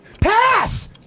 Pass